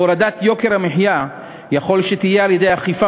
והורדת יוקר המחיה יכול שתהיה על-ידי אכיפה